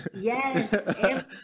Yes